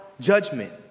judgment